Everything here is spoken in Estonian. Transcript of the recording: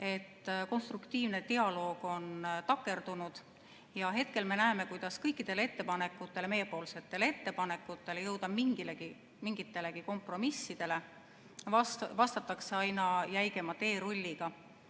et konstruktiivne dialoog on takerdunud. Hetkel me näeme, kuidas kõikidele meie ettepanekutele jõuda mingitelegi kompromissidele vastatakse aina jäigema teerulliga.